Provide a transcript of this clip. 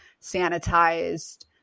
sanitized